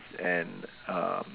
and uh